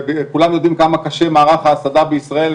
וכולם יודעים כמה קשה מערך ההסעדה בישראל,